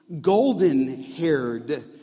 golden-haired